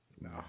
no